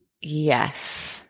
yes